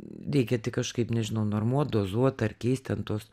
reikia tik kažkaip nežinau normuot dozuot ar keist ten tuos